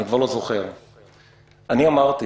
אמרתי